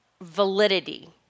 validity